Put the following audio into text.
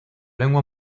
lengua